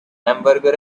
hamburger